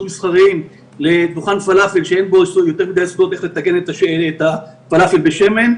מסחריים לדוכן פלאפל שאין בו יותר מדי סודות איך לטגן את הפלאפל בשמן.